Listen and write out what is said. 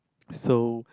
so